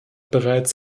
bereits